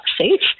safe